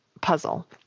puzzle